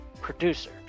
producer